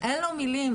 אין מילים.